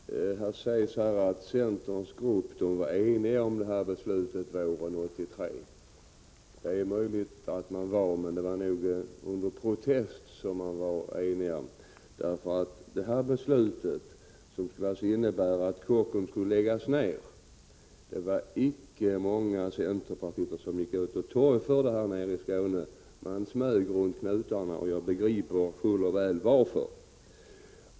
Herr talman! Det sägs här att man inom centergruppen var enig i den här frågan våren 1983. Det är möjligt. Men protester förekom nog. När det gäller det beslut som skulle innebära en nedläggning av Kockums varv var det icke många centerpartister som vågade torgföra sina åsikter här nere i Skåne. Man smög runt knutarna, och jag begriper fuller väl varför.